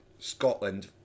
Scotland